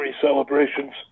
celebrations